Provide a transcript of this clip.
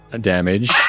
damage